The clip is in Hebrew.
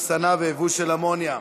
אחסנה וייבוא של אמוניה),